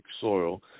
soil